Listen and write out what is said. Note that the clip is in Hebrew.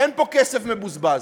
אין פה כסף מבוזבז,